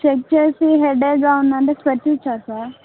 check చేసి హెడేక్గా ఉందంటే స్పెక్ట్స్ ఇచ్చార్ సార్